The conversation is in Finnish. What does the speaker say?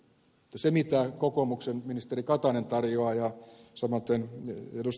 se mitä kokoomuksen ministeri katainen tarjoaa ja samaten ed